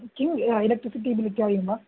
किम् electricity bill इत्यादिकं वा